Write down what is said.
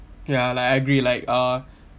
ya like I agree like uh